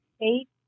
eight